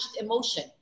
emotion